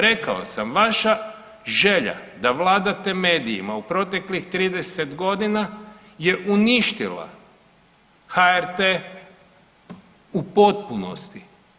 Rekao sam, vaša želja da vladate medijima u proteklih 30 godina je uništila HRT u potpunosti.